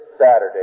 Saturday